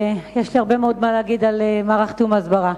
ויש לי הרבה מאוד מה להגיד על מערך תיאום ההסברה.